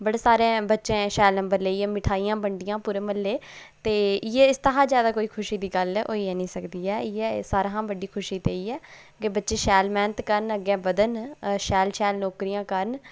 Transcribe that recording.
बड़े सारे बच्चें शैल नम्बर लेइयै मठाइयां बण्डियां पूरे म्हल्लै ते इ'यै इस थमां जैदा खुशी दी गल्ल होई गै नीं सकदी ऐ सारें हा बड्डी खुशी इ'यै कि बच्चे शैल मेह्नत करन शैल शैल नौकरियां करन